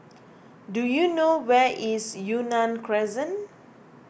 do you know where is Yunnan Crescent